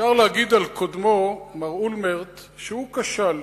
אפשר להגיד על קודמו, מר אולמרט, שהוא כשל.